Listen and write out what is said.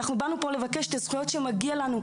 באנו לפה לבקש את הזכויות שמגיעות לנו.